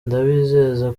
ndabizeza